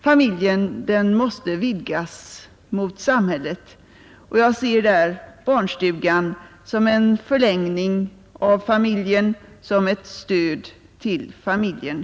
Familjen måste vidgas mot samhället, och jag ser barnstugan som en förlängning av och ett stöd till familjen.